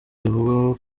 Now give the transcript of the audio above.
rivugwaho